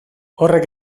horrek